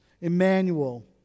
Emmanuel